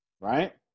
Right